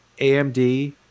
AMD